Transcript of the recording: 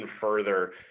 further